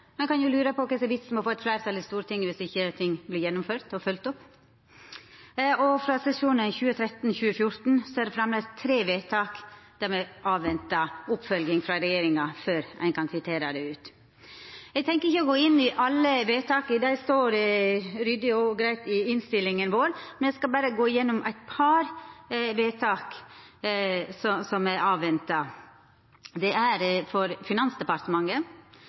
Ein kan lura på kva som er vitsen med å få eit fleirtal i Stortinget dersom ikkje ting vert gjennomført og følgde opp. Frå sesjonen 2013‒2014 er det framleis tre vedtak der me avventar oppfølging frå regjeringa før ein kan kvittera dei ut. Eg tenkjer ikkje å gå inn i alle vedtaka, det står ryddig og greitt i innstillinga vår. Eg skal berre gå gjennom eit par vedtak som me avventar. For Finansdepartementet